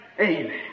Amen